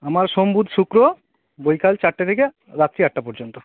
আমার সোম বুধ শুক্র বৈকাল চারটা থেকে রাত্রি আটটা পর্যন্ত